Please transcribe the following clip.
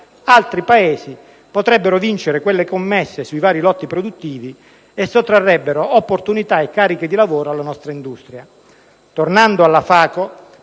altri Paesi potrebbero vincere quelle commesse sui vari lotti produttivi e sottrarrebbero opportunità e carichi di lavoro alla nostra industria. Tornando alla FACO,